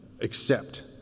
accept